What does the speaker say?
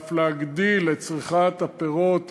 ואף להגדיל את צריכת הפירות,